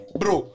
bro